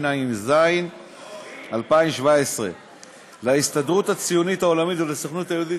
התשע"ז 2017. להסתדרות הציונית העולמית ולסוכנות היהודית